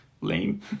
lame